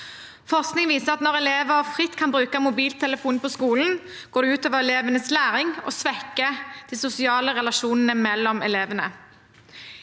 Forskning viser at når elever fritt kan bruke mobiltelefon på skolen, går det utover elevenes læring og svekker de sosiale relasjonene mellom elevene.